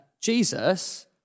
Jesus